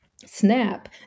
SNAP